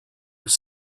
was